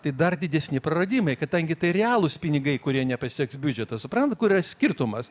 tai dar didesni praradimai kadangi tai realūs pinigai kurie nepasieks biudžeto suprantat kur yra skirtumas